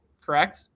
correct